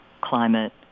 climate